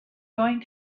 going